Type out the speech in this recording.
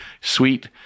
sweet